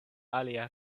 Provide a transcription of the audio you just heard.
aliaj